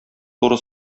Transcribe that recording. туры